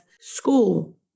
school